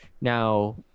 Now